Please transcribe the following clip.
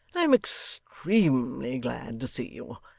i am extremely glad to see you.